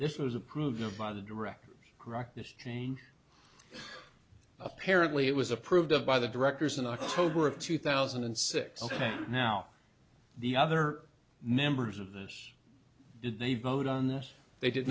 this was approved by the director correct this change apparently it was approved of by the directors in october of two thousand and six ok now the other members of this did they vote on this they did